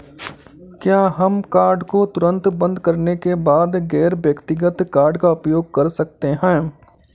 क्या हम कार्ड को तुरंत बंद करने के बाद गैर व्यक्तिगत कार्ड का उपयोग कर सकते हैं?